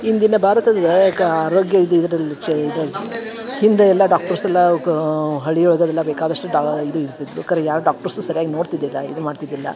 ಇಂದಿನ ಭಾರತದ ನಾಯಕ ಅರೋಗ್ಯ ಇದು ಇದರಲ್ಲಿ ಚ ಇದ್ರಲ್ಲಿ ಹಿಂದೆ ಎಲ್ಲ ಡಾಕ್ಟರ್ಸ್ ಎಲ್ಲ ಅವ್ಕಾ ಹಳ್ಳಿಯೊಳ್ದದೆಲ್ಲ ಬೇಕಾದಷ್ಟು ಡಾ ಇದು ಇರ್ತಿದ್ವು ಖರೆ ಯಾವ ಡಾಕ್ಟರ್ಸು ಸರ್ಯಾಗಿ ನೋಡ್ತಿದ್ದಿಲ್ಲ ಇದ್ ಮಾಡ್ತಿದ್ದಿಲ್ಲ